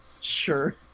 Sure